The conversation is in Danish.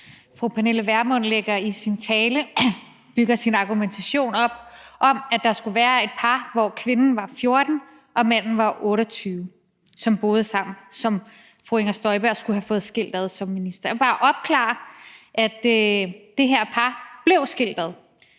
Fru Pernille Vermund bygger argumentationen i sin tale op om, at der skulle være et par, hvor kvinden var 14 år og manden var 28 år, som boede sammen, og som fru Inger Støjberg skulle have fået skilt ad som minister. Jeg vil bare opklare, at det her par blev skilt ad.